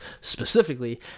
specifically